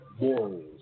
morals